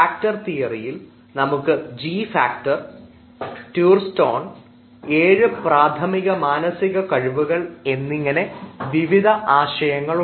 factor തിയറിയിൽ നമുക്ക് G factor Thurstone ഏഴ് പ്രാഥമിക മാനസിക കഴിവുകൾ എന്നീ വിവിധ ആശയങ്ങൾ ഉണ്ട്